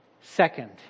second